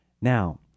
Now